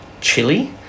chili